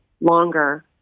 longer